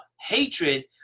hatred